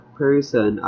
person